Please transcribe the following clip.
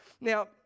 Now